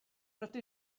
rydw